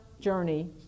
journey